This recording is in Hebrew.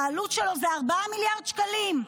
העלות שלו זה 4 מיליארד שקלים,